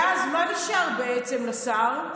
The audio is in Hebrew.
ואז, מה נשאר בעצם לשר?